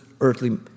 earthly